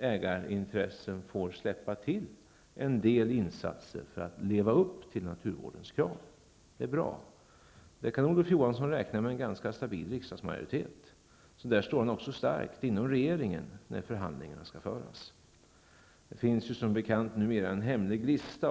ägarintressena får släppa till en del insatser för att leva upp till naturvårdens krav. Det är bra. Där kan Olof Johansson räkna med en ganska stabil riksdagsmajoritet, så där står han också stark inom regeringen när förhandlingarna skall föras. Det finns som bekant numera en hemlig lista.